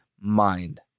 mind